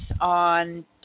on